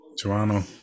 Toronto